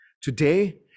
today